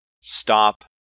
stop